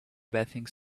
bathing